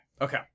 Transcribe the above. okay